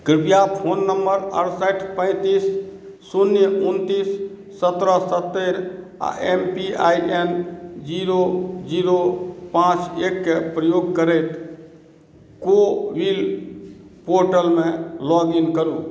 कृपया phone number छओ आठ तीन पाँच शुन्य दू नओ एक सात सात शुन्य आ एम पी आइ एन शुन्य शुन्य पाँच एकके प्रयोग करैत को विन पोर्टल मे लॉग इन करू